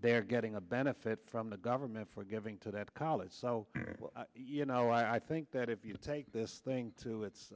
they're getting a benefit from the government for giving to that college so you know i think that if you take this thing to it's